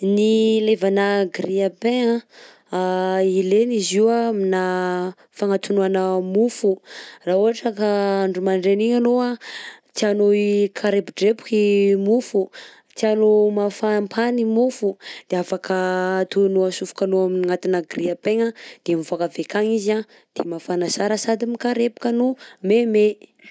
Ny ilaivana grille-pain anh ilaina izy io anh aminà fagnatonoana mofo. _x000D_ Raha ohatra ka andro mandraina iny ianao anh tianao hikarepodrepoka i mofo, tianao mafampana i mofo, de afaka ataonao asofokanao agnatinà grille-pain-gna de mivoaka avy akagny izy anh de mafana sara sady mikarepoka no maimay.